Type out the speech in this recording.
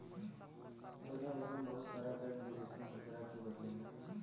दुनियभर में बहुत सारा बैंक विदेशी मुद्रा के बदलेला